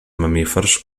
mamífers